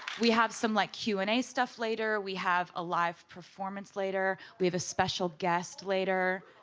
we have some, like, q and a stuff later, we have a live performance later, we have a special guest later.